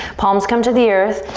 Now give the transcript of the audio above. palms come to the earth.